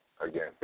Again